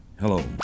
Hello